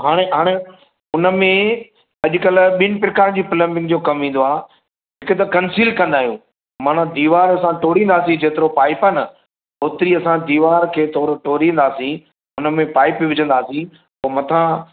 हाणे हाणे उनमें अॼुकल्ह ॿिनि प्रकारनि जी प्लम्बिंग जो कमु ईंदो आ हिकु त कंसील कंदा आयूं माना दीवार सां तोड़ींदासीं जेतिरो पाइप आ न ओतिरी असां दीवार खे तोड़ींदासीं उनमें पाइप विझंदासीं पो मथां